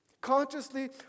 Consciously